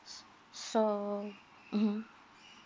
so mmhmm